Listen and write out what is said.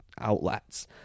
outlets